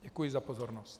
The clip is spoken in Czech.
Děkuji za pozornost.